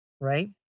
right